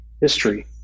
history